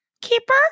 keeper